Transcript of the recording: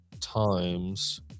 times